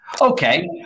okay